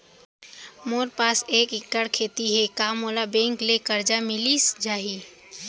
मोर पास एक एक्कड़ खेती हे का मोला बैंक ले करजा मिलिस जाही?